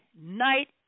night